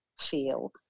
feel